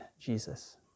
Jesus